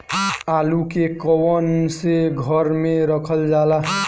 आलू के कवन से घर मे रखल जाला?